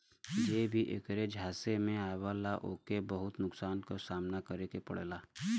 जे भी ऐकरे झांसे में आवला ओके बहुत नुकसान क सामना करे के पड़ेला